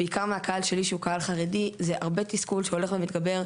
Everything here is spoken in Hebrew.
להגיד משבר תחבורה.